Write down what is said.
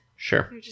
Sure